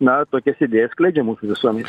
na tokias idėjas skleidžia mūsų visuomenėj